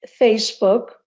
Facebook